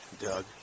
Doug